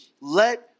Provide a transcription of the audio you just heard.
Let